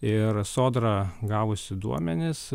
ir sodra gavusi duomenis